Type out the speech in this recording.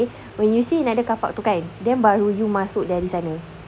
okay when you see another carpark tu kan then baru you masuk dari sana